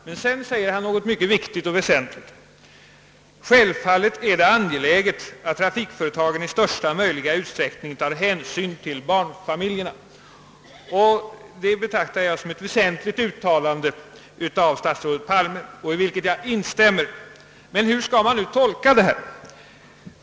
Och sedan säger han något mycket viktigt och väsentligt: »Självfallet är det angeläget att trafikföretagen i största möjliga utsträckning tar hänsyn till barnfamiljerna.» Det betraktar jag som ett väsentligt uttalande av statsrådet Palme, och jag instämmer i det. Men hur skall det nu tolkas?